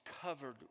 covered